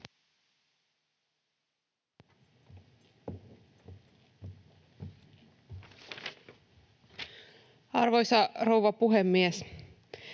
Arvoisa rouva puhemies!